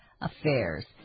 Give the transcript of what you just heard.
affairs